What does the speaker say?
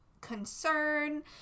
concern